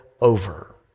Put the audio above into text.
over